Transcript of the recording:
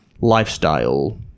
lifestyle